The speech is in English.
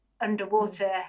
underwater